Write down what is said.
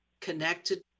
connected